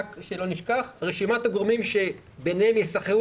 רק שלא נשכח: רשימת הגורמים שביניהם יסנכרנו